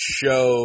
show